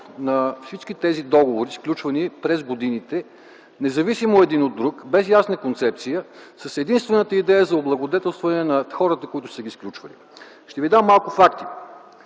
на всички тези договори, сключвани през годините независимо един от друг, без ясна концепция, с единствената идея за облагодетелстване на хората, които са ги сключвали. Ще ви дам малко факти.